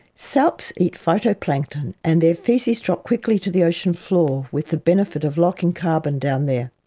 salps eat phytoplankton and their faeces drop quickly to the ocean floor with the benefit of locking carbon down there.